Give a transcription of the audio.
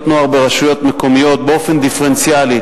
נוער ברשויות מקומיות באופן דיפרנציאלי,